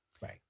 Right